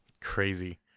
Crazy